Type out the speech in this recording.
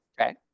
Okay